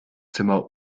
zimmer